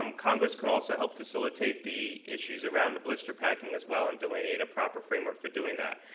um congress can also help facilitate the issues around the blister packing as well and delineate a proper framework for doing that.